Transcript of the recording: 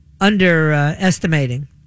underestimating